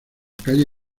calle